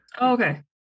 okay